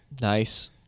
Nice